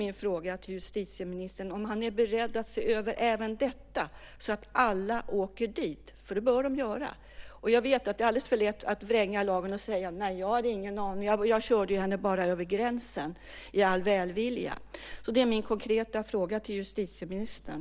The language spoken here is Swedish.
Min fråga till justitieministern är om han är beredd att se över även detta så att alla åker dit, för det bör de göra. Jag vet att det är alldeles för lätt att vränga lagen och säga: Nej, jag hade inte en aning. Jag körde henne bara över gränsen i all välvilja. Det är min konkreta fråga till justitieministern.